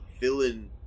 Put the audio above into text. villain